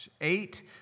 Eight